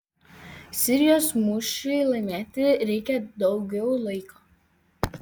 sirijos mūšiui laimėti reikia daugiau laiko